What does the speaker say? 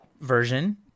version